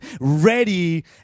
ready